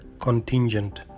Contingent